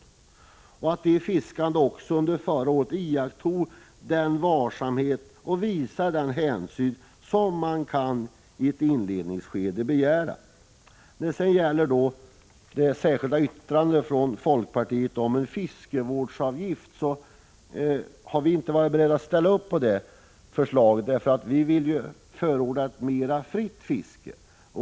Och jag är glad för att de fiskande också under förra året iakttog den varsamhet och visade den hänsyn som man i ett inledningsskede kan begära. När det gäller det särskilda yttrandet från folkpartiet om en fiskevårdsavgift har vi inte varit beredda att ställa upp på detta förslag. Vi vill ju förorda ett mer fritt fiske.